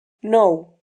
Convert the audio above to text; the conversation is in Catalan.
nou